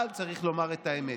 אבל צריך לומר את האמת: